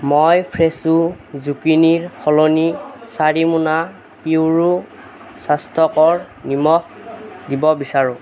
মই ফ্ৰেছো জুকিনিৰ সলনি চাৰি মোনা পিউৰো স্বাস্থ্যকৰ নিমখ দিব বিচাৰোঁ